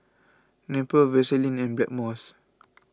Nepro Vaselin and Blackmores